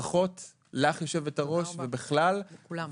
ברכות לך יושבת-הראש ולכולם.